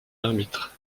arbitre